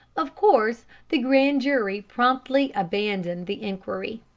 of course the grand jury promptly abandoned the inquiry.